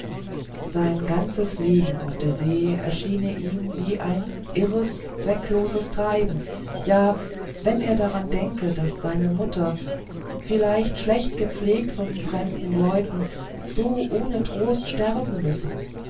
sein ganzes leben auf der see erscheine ihm wie ein irres zweckloses treiben ja wenn er daran denke daß seine mutter vielleicht schlecht gepflegt von fremden leuten so ohne trost sterben müssen